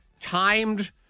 timed